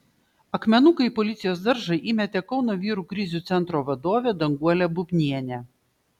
akmenuką į policijos daržą įmetė kauno vyrų krizių centro vadovė danguolė bubnienė